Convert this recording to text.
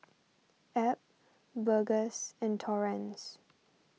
Abb Burgess and Torrence